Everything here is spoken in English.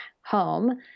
home